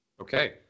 Okay